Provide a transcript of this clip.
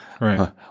Right